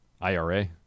IRA